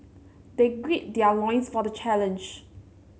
they gird their loins for the challenge